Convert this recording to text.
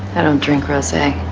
i don't drink rose.